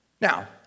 Now